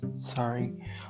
sorry